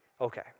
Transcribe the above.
Okay